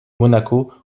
monaco